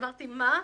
אמרתי, מה?